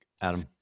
Adam